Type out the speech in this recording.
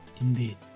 Indeed